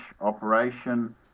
operation